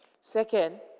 Second